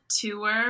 tour